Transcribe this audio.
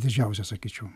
didžiausią sakyčiau